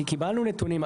כי קיבלנו נתונים.